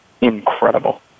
incredible